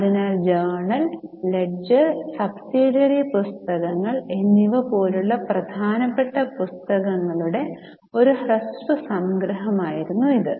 അതിനാൽ journal ledger subsidiary പുസ്തകങ്ങൾ എന്നിവ പോലുള്ള പ്രധാനപ്പെട്ട പുസ്തകങ്ങളുടെ ഒരു ഹ്രസ്വ സംഗ്രഹമായിരുന്നു ഇത്